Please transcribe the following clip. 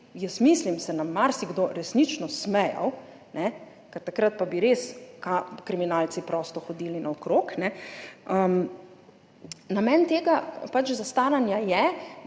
mislim, marsikdo resnično smejal, ker takrat pa bi res kriminalci prosto hodili naokrog. Namen tega zastaranja je,